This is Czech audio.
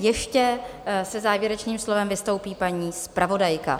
Ještě se závěrečným slovem vystoupí paní zpravodajka.